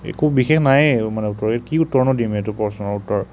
একো বিশেষ নায়েই আৰু মানে উত্তৰ ইয়াত কি উত্তৰনো দিম এইটো প্ৰশ্নৰ উত্তৰ